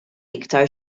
aktar